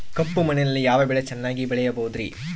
ಕಪ್ಪು ಮಣ್ಣಿನಲ್ಲಿ ಯಾವ ಬೆಳೆ ಚೆನ್ನಾಗಿ ಬೆಳೆಯಬಹುದ್ರಿ?